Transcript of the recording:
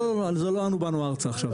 לא זה לא באנו ארצה עכשיו,